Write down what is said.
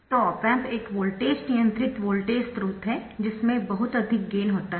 तो op amp एक voltage नियंत्रित वोल्टेज स्रोत है जिसमें बहुत अधिक गेन होता है